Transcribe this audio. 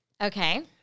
Okay